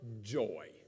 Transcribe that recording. joy